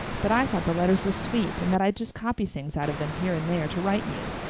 but i thought the letters were sweet and that i'd just copy things out of them here and there to write you.